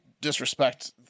disrespect